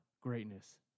greatness